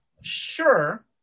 sure